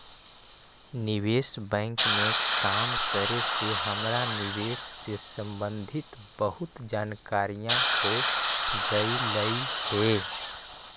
निवेश बैंक में काम करे से हमरा निवेश से संबंधित बहुत जानकारियाँ हो गईलई हे